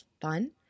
fun